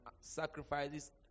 sacrifices